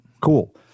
cool